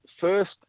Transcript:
first